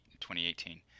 2018